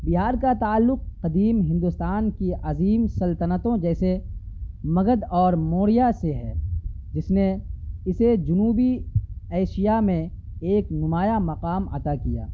بہار کا تعلق قدیم ہندوستان کی عظیم سلطنتوں جیسے مگدھ اور موریا سے ہے جس نے اسے جنوبی ایشیاء میں ایک نمایاں مقام عطا کیا